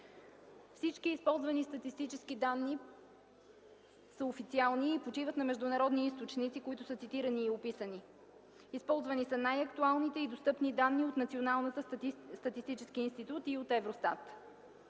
Всички използвани статистически данни са официални и почиват на международни източници, които са цитирани и описани. Използвани са най-актуалните и достъпни данни от Националния статистически институт и от Евростат.